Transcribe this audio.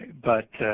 but